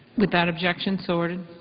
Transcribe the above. without objection, so ordered.